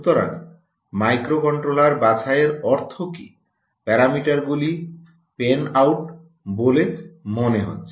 সুতরাং মাইক্রোকন্ট্রোলার বাছাইয়ের অর্থ কী প্যারামিটারগুলি প্যান আউট বলে মনে হচ্ছে